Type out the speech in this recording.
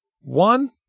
One